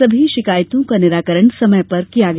सभी शिकायतों का निराकरण समय पर किया गया